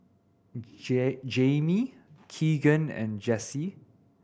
Jame Keagan and Jase